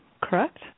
correct